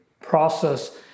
process